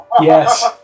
yes